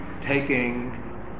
taking